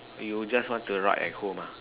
you just want to rot at home ah